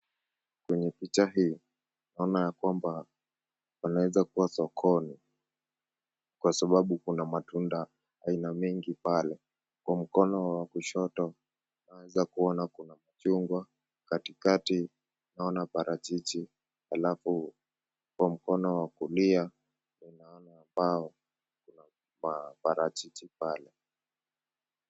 Kwenye picha hii, naona ya kwamba wanaweza kuwa sokoni kwa sababu kuna matunda aina mingi pale. Kwa mkono wa kushoto, naweza kuona kuna machungwa. Katikati, naona parachichi, alafu kwa mkono wa kulia, ninaona mbao. Kuna maparachichi pale.